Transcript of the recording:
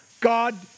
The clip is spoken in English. God